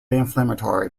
inflammatory